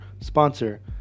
sponsor